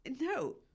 No